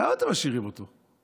למה אתם משאירים אותו?